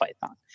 python